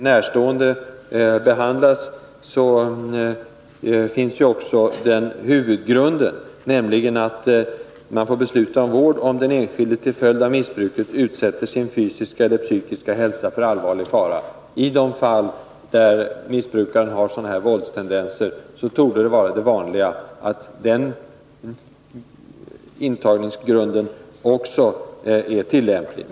Herr talman! Jag vill bara erinra om huvudgrunden, nämligen att man får besluta om vård i fall den enskilde till följd av missbruk utsätter sin fysiska eller psykiska hälsa för allvarlig fara. I de fall där missbrukaren har Nr 52 våldstendenser torde det vanliga vara att den intagningsgrunden också är tillämplig.